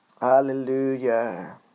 Hallelujah